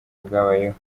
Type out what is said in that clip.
bwabayeho